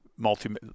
multi